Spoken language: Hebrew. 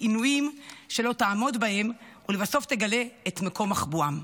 עינויים שלא תעמוד בהם ולבסוף תגלה את מקום מחבואם.